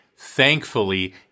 Thankfully